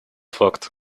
факт